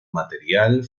material